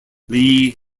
lee